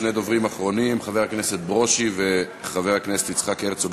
שני הדוברים האחרונים: חבר הכנסת ברושי וחבר הכנסת יצחק הרצוג,